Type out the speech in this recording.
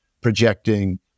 projecting